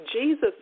Jesus